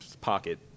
pocket